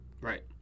Right